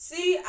See